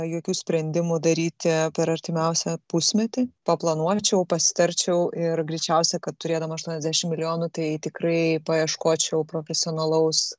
jokių sprendimų daryti per artimiausią pusmetį paplanuočiau pasitarčiau ir greičiausiai kad turėdama aštuoniasdešimt milijonų tai tikrai paieškočiau profesionalaus